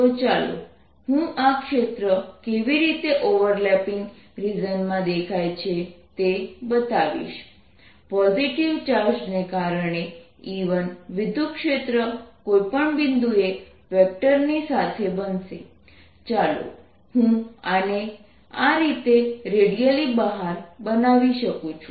તો ચાલો હું આ ક્ષેત્ર કેવી રીતે ઓવરલેપિંગ રિજનમાં દેખાય છે તે બતાવીશ પોઝિટિવ ચાર્જ ને કારણે E1 વિદ્યુતક્ષેત્ર કોઈપણ બિંદુએ વેક્ટર ની સાથે બનશે ચાલો હું આને આ રીતે રેડિયલી બહાર બનાવી શકું